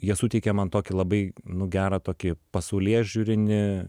jie suteikė man tokį labai nu gerą tokį pasaulėžiūrinį